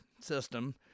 system